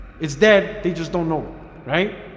it's dead. they just don't know it right